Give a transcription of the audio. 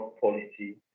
policy